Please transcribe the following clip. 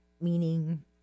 meaning